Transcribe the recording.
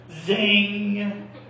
Zing